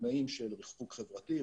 בתנאים של ריחוק חברתי,